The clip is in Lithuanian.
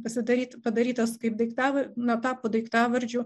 pasidaryti padarytas kaip diktav na tapo daiktavardžiu